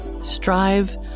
Strive